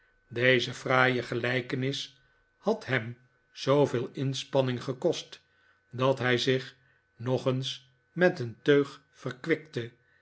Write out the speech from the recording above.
deze fraaie gelijkenis had hem zooveel inspanning gekost dat hij zich nog eens met een teug verkwikte